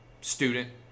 student